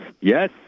yes